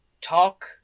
talk